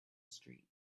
street